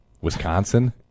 Wisconsin